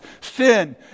sin